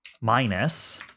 minus